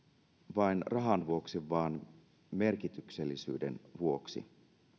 vain rahan vuoksi vaan merkityksellisyyden vuoksi